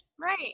Right